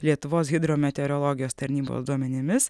lietuvos hidrometeorologijos tarnybos duomenimis